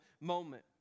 moment